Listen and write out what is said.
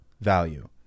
value